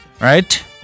right